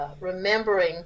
remembering